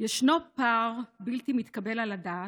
מאת חברת הכנסת מירב בן ארי,